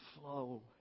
flow